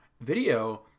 video